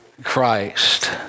Christ